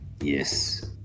yes